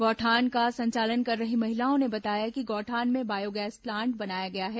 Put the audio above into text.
गौठान का संचालन कर रही महिलाओं ने बताया कि गौठान में बायोगैस प्लांट बनाया गया है